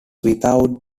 without